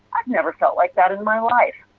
i have never felt like that in my life.